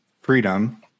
freedom